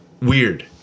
weird